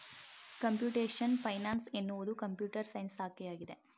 computation finance ಎನ್ನುವುದು computer science ಶಾಖೆಯಾಗಿದೆ